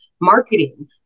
marketing